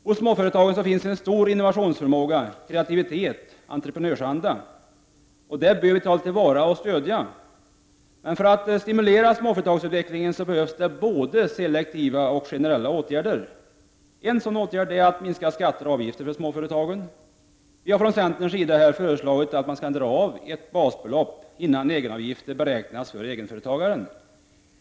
Hos småföretagen finns stor innovationsförmåga, kreativitet och entreprenörsanda. Detta bör vi ta till vara och stödja. För att stimulera småföretagsutvecklingen behövs det både selektiva och generella åtgärder. En åtgärd är att minska skatter och avgifter för småföretagen. Vi har från centerns sida t.ex. föreslagit att man skall dra av ett basbelopp, innan egenavgifter beräknas för egenföretagare.